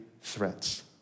threats